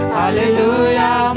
hallelujah